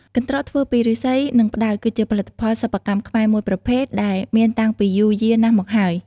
កន្ត្រកធ្វើពីឫស្សី និងផ្តៅ គឺជាផលិតផលសិប្បកម្មខ្មែរមួយប្រភេទដែលមានតាំងពីយូរយារណាស់មកហើយ។